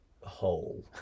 whole